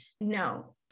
No